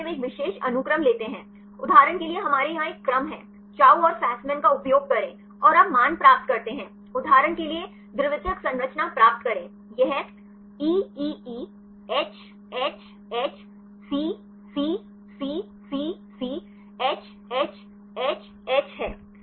इस मामले में वे एक विशेष अनुक्रम लेते हैं उदाहरण के लिए हमारे यहाँ एक क्रम है चाउ और फ़स्मान का उपयोग करें और आप मान प्राप्त करते हैं उदाहरण के लिए द्वितीयक संरचना प्राप्त करें यह EEEHHHCCCC CHHHH है